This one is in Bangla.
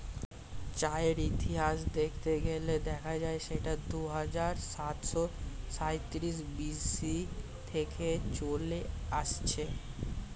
চায়ের ইতিহাস দেখতে গেলে দেখা যায় যে সেটা দুহাজার সাতশো সাঁইত্রিশ বি.সি থেকে চলে আসছে